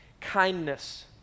kindness